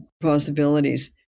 possibilities